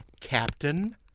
Captain